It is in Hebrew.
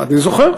אני זוכר.